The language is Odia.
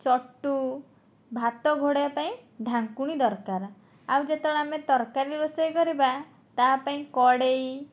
ଚଟୁ ଭାତ ଘୋଡ଼ାଇବା ପାଇଁ ଢାଙ୍କୁଣୀ ଦରକାର ଆଉ ଯେତେବେଳେ ଆମେ ତରକାରୀ ରୋଷେଇ କରିବା ତା'ପାଇଁ କଡ଼େଇ